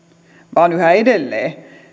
vaan yhä edelleen